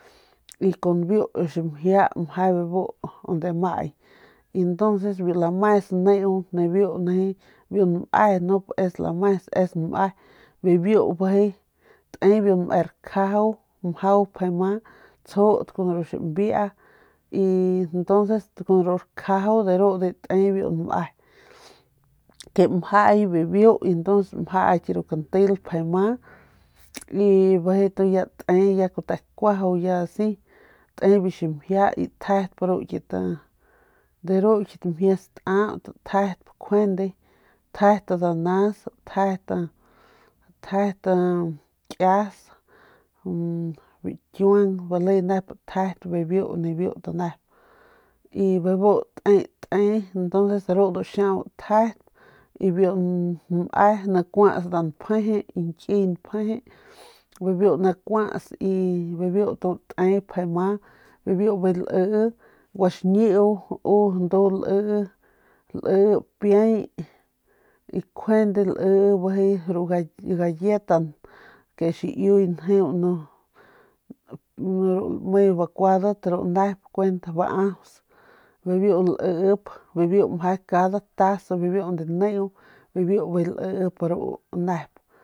Biu ximjia bu pik amay y entonces biu lames nijiy neu y bijiy ya te kute kuaju asi te biu ximjia y tjedp ru kit mjie staut tjet danas tjet kias bikiuang bale nep tjet bibiu t nep y bebu te te entonces bebu te tjet y biu ne ni kuats biu npjeje kiñkiy npjeje y bibiu kuats y biu bijiy te lii guaxñiu ndu lii y kjuande li ru galletas ke xiyuy njeu ru mje bakuadat ru nep kuent baaus li bikiuang lii kias lii nchiaut.